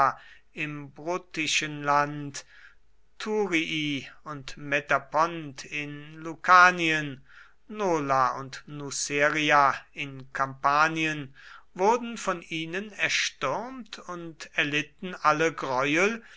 im bruttischen land thurii und metapont in lucanien nola und nuceria in kampanien wurden von ihnen erstürmt und erlitten alle greuel